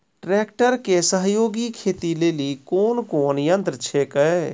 Tractor के सहयोगी खेती लेली कोन कोन यंत्र छेकै?